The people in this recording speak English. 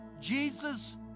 Jesus